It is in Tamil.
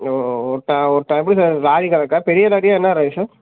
ஓ ஓ இப்போ ஒரு டப்பு சார் லாரிக் கணக்கா பெரிய லாரியா என்ன ராரி சார்